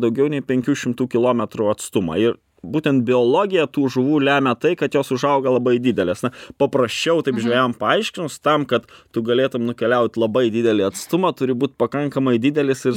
daugiau nei penkių šimtų kilometrų atstumą ir būtent biologija tų žuvų lemia tai kad jos užauga labai didelės na paprasčiau taip žvejam paaiškinus tam kad tu galėtum nukeliaut labai didelį atstumą turi būt pakankamai didelis ir